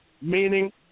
meaning